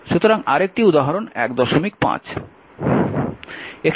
সুতরাং আরেকটি উদাহরণ 15